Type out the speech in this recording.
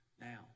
now